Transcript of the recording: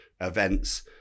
events